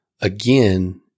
Again